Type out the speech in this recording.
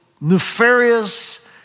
nefarious